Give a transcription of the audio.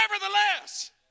nevertheless